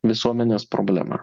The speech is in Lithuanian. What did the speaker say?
visuomenės problema